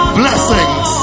blessings